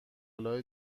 آلا